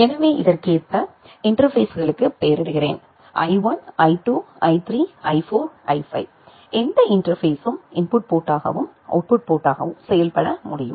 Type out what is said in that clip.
எனவே இதற்கேற்ப இன்டர்பேஸ்களுக்கு பெயரிடுகிறேன் I1 I2 I3 I4 I5 எந்த இன்டர்பேஸ்யும் இன்புட் போர்ட்டாகவும் அவுட்புட் போர்ட்டாகவும் செயல்பட முடியும்